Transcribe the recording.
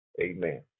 Amen